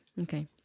Okay